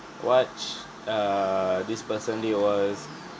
watch err this personally was